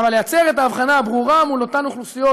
לייצר את ההבחנה הברורה מול אותן אוכלוסיות,